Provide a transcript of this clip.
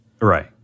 Right